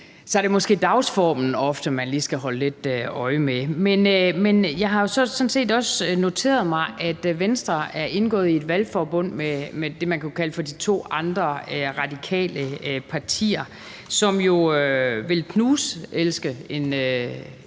er det måske ofte dagsformen, man lige skal holde lidt øje med. Men jeg har sådan set også noteret mig, at Venstre er indgået i et valgforbund med det, man kunne kalde for de to andre radikale partier, som jo vil knuselske